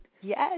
Yes